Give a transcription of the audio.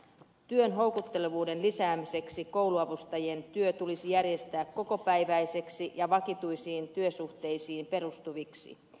työn houkuttelevuuden lisäämiseksi kouluavustajien työ tulisi järjestää kokopäiväiseksi ja vakituisiin työsuhteisiin perustuviksi